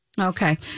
Okay